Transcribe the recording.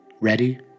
Ready